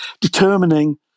determining